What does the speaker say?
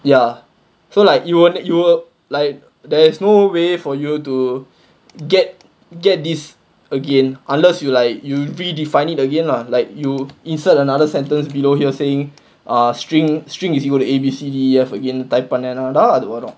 ya so like you won't you won't like there's no way for you to get get this again unless you like you redefined it again lah like you insert another sentence below here saying ah string string is equal to A B C D E F again type பண்ணிருந்தேனா அது வரும்:pannirunthaenaa adhu varum